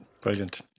Brilliant